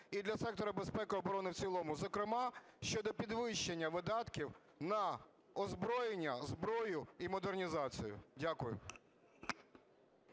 і для сектора безпеки і оборони в цілому, зокрема, щодо підвищення видатків на озброєння, зброю і модернізацію. Дякую.